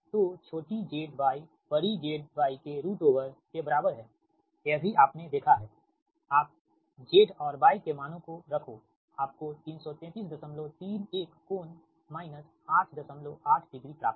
तो छोटी z y बड़ी ZY के रूट ओवर के बराबर है यह भी आपने देखा है आप Z और Y के मानों को रखो आपको 33031 कोण माइनस 88 डिग्री प्राप्त होगा